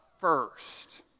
first